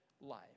life